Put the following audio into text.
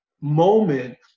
moment